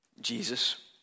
Jesus